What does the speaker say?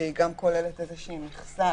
שכוללת מכסה